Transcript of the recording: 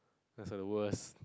that was the worst